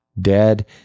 dead